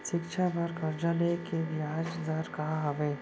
शिक्षा बर कर्जा ले के बियाज दर का हवे?